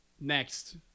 next